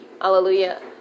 hallelujah